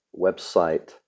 website